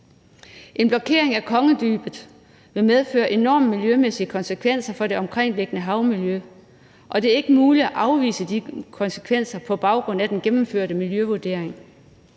En blokering af Kongedybet vil medføre enorme miljømæssige konsekvenser for det omkringliggende havmiljø, og det er ikke muligt at afvise de konsekvenser på baggrund af den gennemførte miljøvurdering.